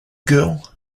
girl